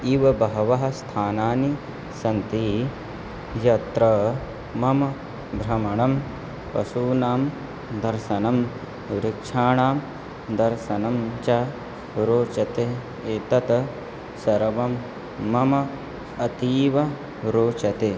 इव बहवः स्थानानि सन्ति यत्र मम भ्रमणं पशूनां दर्शनं वृक्षाणां दर्शनं च रोचते एतत् सर्वं मम अतीव रोचते